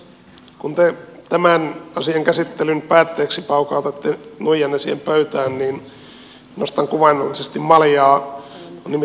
kun te tämän asian käsittelyn päätteeksi paukautatte nuijanne siihen pöytään niin nostan kuvaannollisesti maljaa